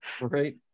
Right